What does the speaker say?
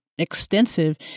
extensive